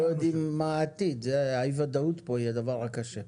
לא יודעים מה העתיד, האי-ודאות פה היא קשה.